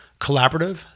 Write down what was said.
collaborative